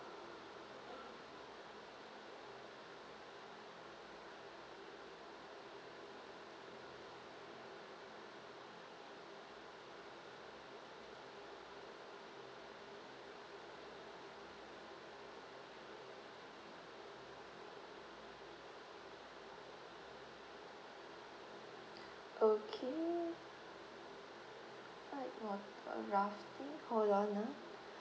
okay white water rafting hold on ah